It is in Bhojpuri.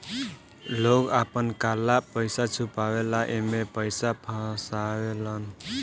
लोग आपन काला पइसा छुपावे ला एमे पइसा फसावेलन